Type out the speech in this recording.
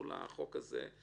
לחוק הזה.